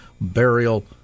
burial